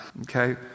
Okay